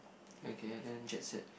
okay ah then jet set